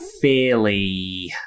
fairly